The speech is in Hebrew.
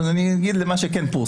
אבל אני אגיב למה שכן פורסם.